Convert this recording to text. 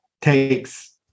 takes